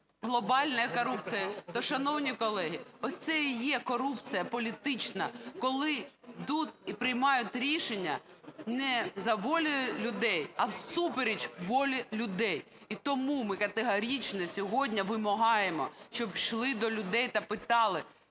глобальної корупції, то, шановні колеги, ось це і є корупція політична. Коли тут приймають рішення не за волею людей, а всупереч волі людей. І тому ми категорично сьогодні вимагаємо, щоб йшли до людей і питали,